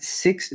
six